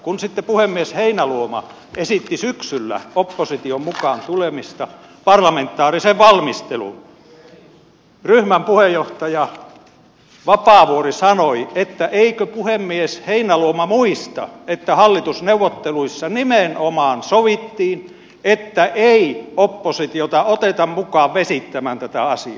kun sitten puhemies heinäluoma esitti syksyllä opposition mukaantulemista parlamentaariseen valmisteluun ryhmän puheenjohtaja vapaavuori sanoi että eikö puhemies heinäluoma muista että hallitusneuvotteluissa nimenomaan sovittiin että ei oppositiota oteta mukaan vesittämään tätä asiaa